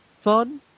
fun